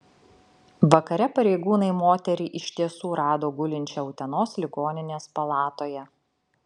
vakare pareigūnai moterį iš tiesų rado gulinčią utenos ligoninės palatoje